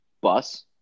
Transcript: bus